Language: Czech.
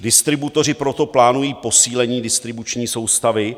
Distributoři proto plánují posílení distribuční soustavy.